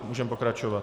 Můžeme pokračovat.